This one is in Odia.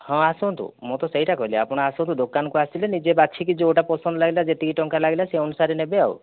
ହଁ ଆସନ୍ତୁ ମୁଁ ତ ସେଇଟା କହିଲି ଆପଣ ଆସନ୍ତୁ ଦୋକାନକୁ ଆସିଲେ ନିଜେ ବାଛିକି ଯେଉଁଟା ପସନ୍ଦ ଲାଗିଲା ଯେତିକି ଟଙ୍କା ଲାଗିଲା ସେହି ଅନୁସାରେ ନେବେ ଆଉ